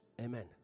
Amen